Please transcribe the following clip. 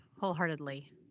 Wholeheartedly